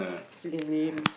lame